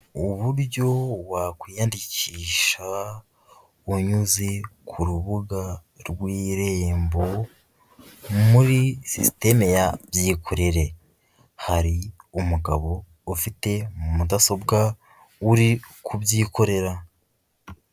Uburyo wakwiyandikisha unyuze ku rubuga rw'irembo muri sisiteme ya byikorere. Hari umugabo ufite mu mudasobwa uri kubyikorera.